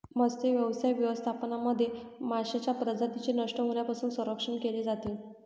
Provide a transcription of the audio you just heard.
मत्स्यव्यवसाय व्यवस्थापनामध्ये माशांच्या प्रजातींचे नष्ट होण्यापासून संरक्षण केले जाते